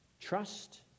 trust